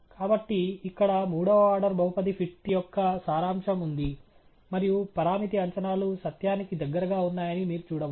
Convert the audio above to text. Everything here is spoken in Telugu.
కాబట్టి ఇక్కడ మూడవ ఆర్డర్ బహుపది ఫిట్ యొక్క సారాంశం ఉంది మరియు పరామితి అంచనాలు సత్యానికి దగ్గరగా ఉన్నాయని మీరు చూడవచ్చు